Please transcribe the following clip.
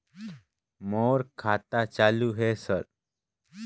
मोर खाता चालु हे सर?